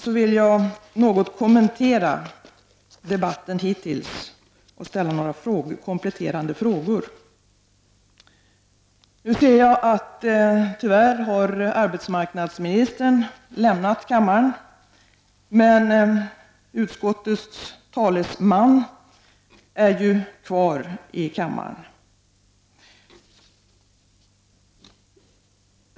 Jag vill något kommentera debatten hittills och ställa några kompletterande frågor. Jag ser att arbetsmarknadsministern tyvärr har lämnat kammaren, men utskottets talesman är kvar i kammaren.